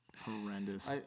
Horrendous